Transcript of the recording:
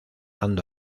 dando